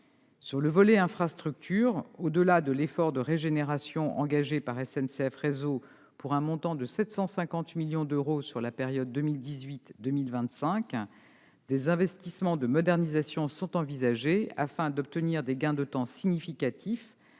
Sur le volet de l'infrastructure, au-delà de l'effort de régénération engagé par SNCF Réseau, pour un montant de 750 millions d'euros sur la période 2018-2025, des investissements de modernisation sont envisagés, afin d'obtenir des gains de temps significatifs,